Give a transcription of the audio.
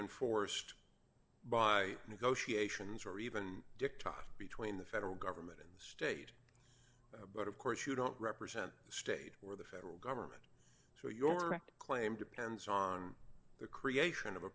enforced by negotiations or even dicta between the federal government and state but of course you don't represent the state or the federal government so your claim depends on the creation of a